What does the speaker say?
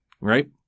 right